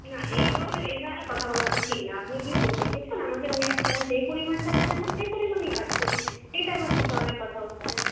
না এই ধরণের এই ধরণের কথা বলাটা ঠিক না আপনি কি মো দেখেছেন আমাকে নিয়ে আসতে আপনি যেই পরিমাণটা দেন আমি সেই পরিমাণেই কাজ করি এটা আবার কি ধরণের কথা হচ্ছে